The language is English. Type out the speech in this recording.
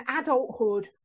adulthood